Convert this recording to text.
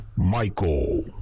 Michael